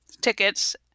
tickets